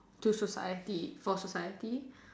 to society for society